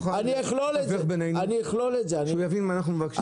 --- תהיה מוכן לתווך ביננו כדי שהוא יבין מה אנחנו מבקשים.